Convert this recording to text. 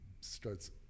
starts